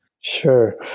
Sure